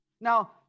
Now